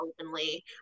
openly